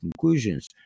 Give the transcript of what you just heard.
conclusions